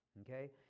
okay